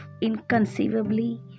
inconceivably